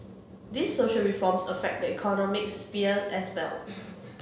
these social reforms affect the economic sphere as well